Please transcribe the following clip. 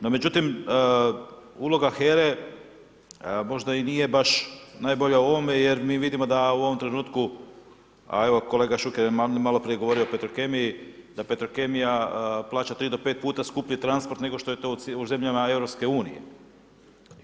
No međutim uloga HERA-e možda i nije baš najbolje u ovome jer mi vidimo da u ovom trenutku a evo kolega Šuker je maloprije govorio o Petrokemiji, da Petrokemija plaća 3 do 5 puta skuplji transport nego što je to u zemljama EU-a.